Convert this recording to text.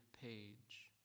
page